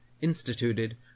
instituted